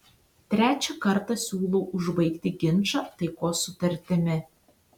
trečią kartą siūlau užbaigti ginčą taikos sutartimi